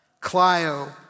Clio